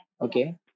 Okay